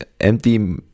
empty